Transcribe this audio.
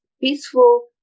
peaceful